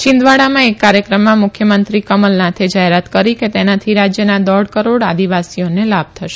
છીંદવાડામાં એક કાર્યક્રમમાં મુખ્યમંત્રી કમલનાથે જાહેરાત કરી કે તેનાથી રાજયના દોઢ કરોડ આદિવાસીઓને લાભ થશે